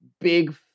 big